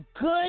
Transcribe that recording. good